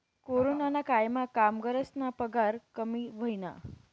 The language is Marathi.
कोरोनाना कायमा कामगरस्ना पगार कमी व्हयना